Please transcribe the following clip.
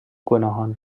گناهان